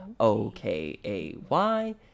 OKAY